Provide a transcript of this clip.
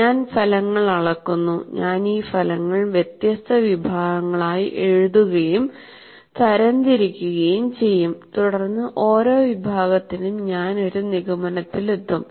ഞാൻ ഫലങ്ങൾ അളക്കുന്നു ഞാൻ ഈ ഫലങ്ങൾ വ്യത്യസ്ത വിഭാഗങ്ങളായി എഴുതുകയും തരംതിരിക്കുകയും ചെയ്യും തുടർന്ന് ഓരോ വിഭാഗത്തിനും ഞാൻ ഒരു നിഗമനത്തിലെത്തും